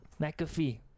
McAfee